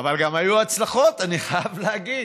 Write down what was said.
אבל היו גם הצלחות, אני חייב להגיד.